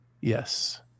Yes